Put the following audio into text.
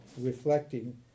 reflecting